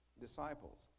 disciples